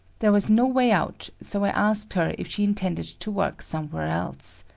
there was no way out, so i asked her if she intended to work somewhere else.